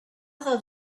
thought